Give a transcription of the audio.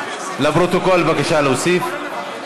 לפרוטוקול, בבקשה להוסיף.